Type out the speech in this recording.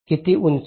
किती उंच